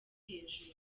hejuru